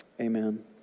Amen